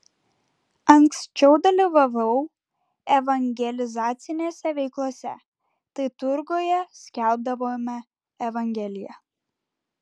anksčiau dalyvavau evangelizacinėse veiklose tai turguje skelbdavome evangeliją